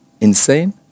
insane